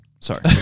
Sorry